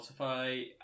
Spotify